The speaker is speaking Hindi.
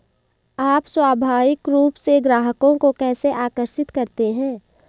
आप स्वाभाविक रूप से ग्राहकों को कैसे आकर्षित करते हैं?